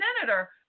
senator